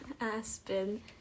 Aspen